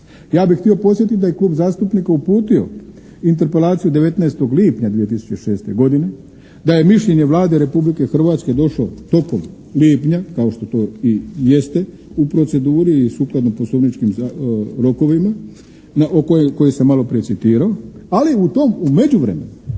Ja bih htio podsjetiti da je klub zastupnika uputio interpelaciju 19. lipnja 2006. godine, da je mišljenje Vlade Republike Hrvatske došlo tokom lipnja kao što to i jeste u proceduri i sukladno poslovničkim rokovima koje sam malo prije citirao ali u međuvremenu